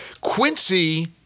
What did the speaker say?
Quincy